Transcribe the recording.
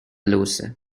loser